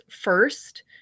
first